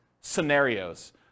scenarios